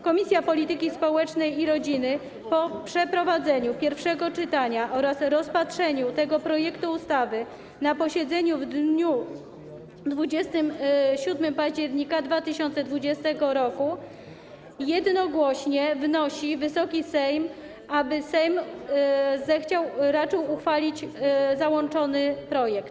Komisja Polityki Społecznej i Rodziny po przeprowadzeniu pierwszego czytania oraz rozpatrzeniu tego projektu ustawy na posiedzeniu w dniu 27 października 2020 r. jednogłośnie wnosi, aby Wysoki Sejm zechciał, raczył uchwalić załączony projekt.